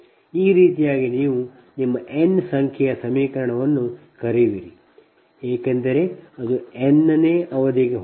ಈ ರೀತಿಯಾಗಿ ನೀವು ನಿಮ್ಮ n ಸಂಖ್ಯೆಯ ಸಮೀಕರಣವನ್ನು ಕರೆಯುವಿರಿ ಏಕೆಂದರೆ ಅದು n ನೇ ಅವಧಿಗೆ ಹೋಗುತ್ತದೆ